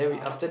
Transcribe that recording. how how